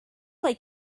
play